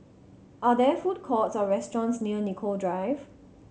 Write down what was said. are there food courts or restaurants near Nicoll Drive